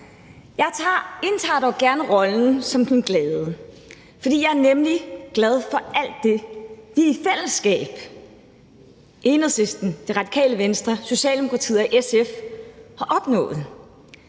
Jeg indtager dog gerne rollen som den glade, for jeg er nemlig glad for alt det, vi i fællesskab i Enhedslisten, Det Radikale Venstre, Socialdemokratiet og SF har opnået: